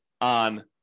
on